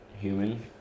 human